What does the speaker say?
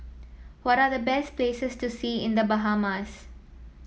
what are the best places to see in The Bahamas